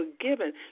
forgiven